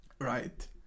right